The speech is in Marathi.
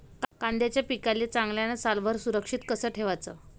कांद्याच्या पिकाले चांगल्यानं सालभर सुरक्षित कस ठेवाचं?